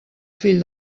fill